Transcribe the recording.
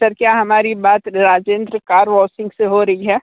sir क्या हमारी बात राजेंद्र कार वॉशिंग से हो रही है